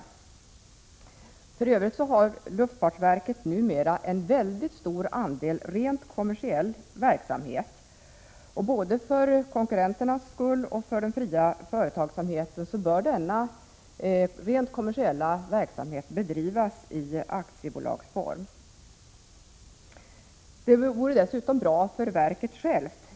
Luftfartsverket bedriver för övrigt numera en mycket stor del rent kommersiell verksamhet. Både för konkurrenternas skull och för den fria företagsamheten bör denna rent kommersiella verksamhet bedrivas i aktiebolagsform. Det vore dessutom bra för verket självt.